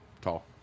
tall